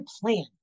plan